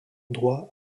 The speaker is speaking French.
droit